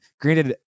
granted